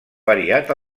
variat